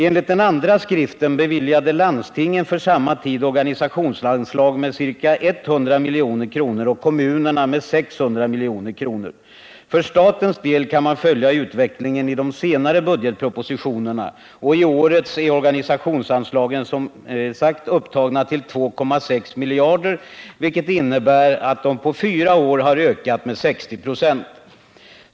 Enligt den andra skriften beviljade landstingen för samma tid organisationsanslag med ca 100 milj.kr. och kommunerna med 600 milj.kr. För statens del kan man följa utvecklingen i de senare budgetpropositionerna. I årets är organisationsanslagen upptagna till 2,6 miljarder kronor, vilket innebär att de på fyra år har ökat med 60 96.